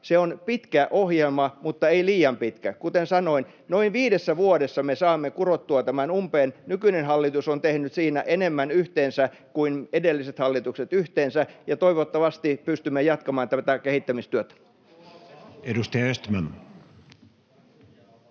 Se on pitkä ohjelma, mutta ei liian pitkä. Kuten sanoin, noin viidessä vuodessa me saamme kurottua tämän umpeen. Nykyinen hallitus on tehnyt siinä enemmän kuin edelliset hallitukset yhteensä, ja toivottavasti pystymme jatkamaan tätä kehittämistyötä. [Ben